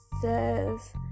says